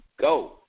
go